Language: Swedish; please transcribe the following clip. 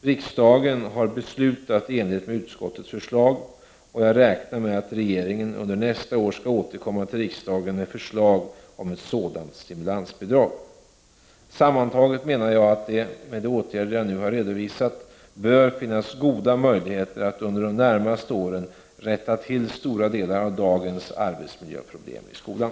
Riksdagen har beslutat i enlighet med utskottets förslag, och jag räknar med att regeringen under nästa år skall återkomma till riksdagen med förslag om ett sådant stimulansbidrag. Sammantaget menar jag att det, med de åtgärder jag nu har redovisat, bör finnas goda möjligheter att under de närmaste åren rätta till stora delar av dagens arbetsmiljöproblem i skolan.